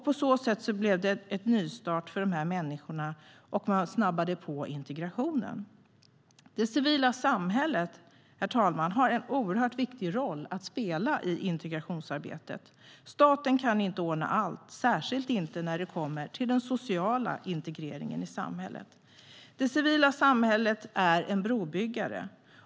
På så sätt blev det en nystart för de här människorna, och man snabbade på integrationen. Det civila samhället, herr talman, har en oerhört viktig roll att spela i integrationsarbetet. Staten kan inte ordna allt, särskilt inte när det kommer till den sociala integreringen i samhället. Det civila samhället är en brobyggare.